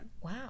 Wow